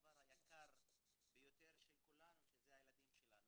הדבר היקר ביותר של כולנו שזה הילדים שלנו.